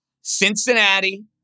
Cincinnati